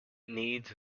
needs